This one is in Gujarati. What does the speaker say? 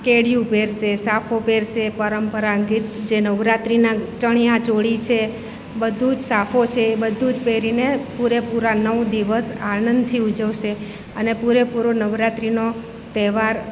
કેડિયું પહેરશે સાફો પહેરશે પરંપરાગત જે નવરાત્રિના ચણિયા ચોળી છે બધું જ સાફો છે બધું જ પેરીને પૂરેપૂરા નવ દિવસ આનંદથી ઉજવશે અને પૂરેપૂરો નવરાત્રિનો તહેવાર